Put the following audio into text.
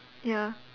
ya